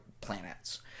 planets